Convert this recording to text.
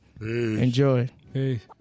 Enjoy